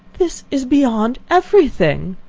this is beyond every thing!